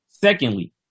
Secondly